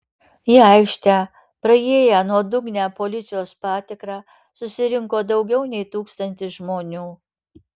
į aikštę praėję nuodugnią policijos patikrą susirinko daugiau nei tūkstantis žmonių